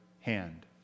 hand